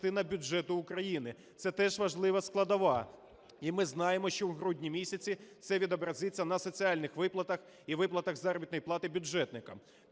бюджету України. Це теж важлива складова. І ми знаємо, що в грудні місяці це відобразиться на соціальних виплатах і виплатах заробітних плат бюджетникам.